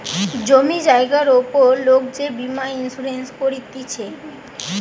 জমি জায়গার উপর লোক যে বীমা ইন্সুরেন্স করতিছে